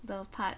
the part